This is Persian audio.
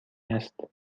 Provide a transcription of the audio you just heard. است